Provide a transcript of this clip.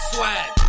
Swag